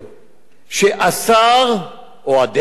שהשר או הדרג המדיני